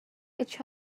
each